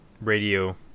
radio